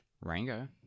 Rango